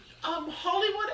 Hollywood